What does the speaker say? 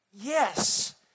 yes